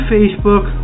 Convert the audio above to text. Facebook